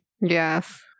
Yes